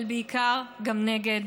אבל בעיקר גם נגד